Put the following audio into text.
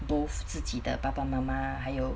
both 自己的爸爸妈妈还有